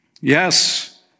yes